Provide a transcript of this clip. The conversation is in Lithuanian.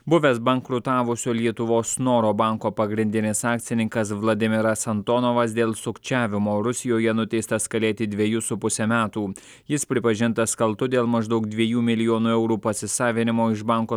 buvęs bankrutavusio lietuvos snoro banko pagrindinis akcininkas vladimiras antonovas dėl sukčiavimo rusijoje nuteistas kalėti dvejus su puse metų jis pripažintas kaltu dėl maždaug dviejų milijonų eurų pasisavinimo iš banko